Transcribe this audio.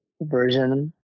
version